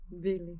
Billy